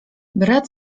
brat